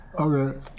Okay